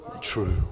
true